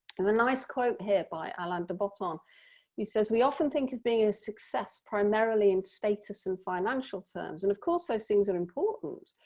there's a nice quote here by alain de botton who says we often think of being a success primarily in status and financial terms and, of course, those things are important,